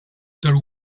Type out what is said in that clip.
there